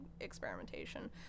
experimentation